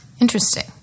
Interesting